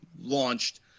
launched